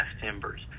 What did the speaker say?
timbers